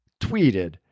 tweeted